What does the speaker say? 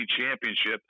championship